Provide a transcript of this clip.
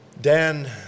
Dan